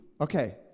Okay